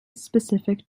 specific